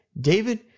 David